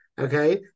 Okay